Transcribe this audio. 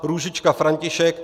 Růžička František